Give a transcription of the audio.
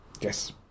Yes